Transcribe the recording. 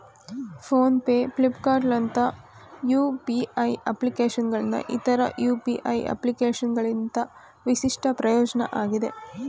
phone pay ಫ್ಲಿಪ್ಕಾರ್ಟ್ನಂತ UPI ಅಪ್ಲಿಕೇಶನ್ನ್ ಇತರ ಯು.ಪಿ.ಐ ಅಪ್ಲಿಕೇಶನ್ಗಿಂತ ವಿಶಿಷ್ಟ ಪ್ರಯೋಜ್ನ ಆಗಿದೆ